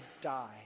die